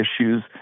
issues